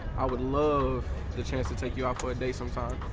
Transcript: i would love the chance to take you out for a date sometime.